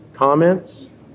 Comments